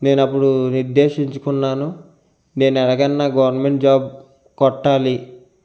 నేనప్పుడు నిర్దేశించుకున్నాను నేన్ ఎలాగైన నా గవర్నమెంట్ జాబ్ కొట్టాలి